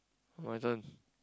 my turn